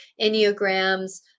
enneagrams